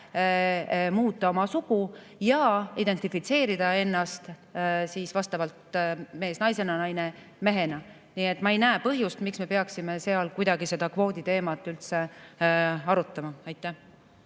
muuta oma sugu ja identifitseerida ennast vastavalt mees naisena, naine mehena. Ma ei näe põhjust, miks me peaksime [selle teema juures] kuidagi seda kvooditeemat üldse arutama. Aitäh